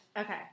Okay